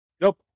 Nope